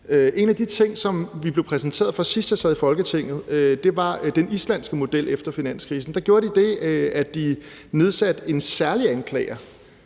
En af de ting, vi blev præsenteret for, sidst jeg sad i Folketinget, var den islandske model efter finanskrisen. Der gjorde de det, at de nedsatte en særlig anklager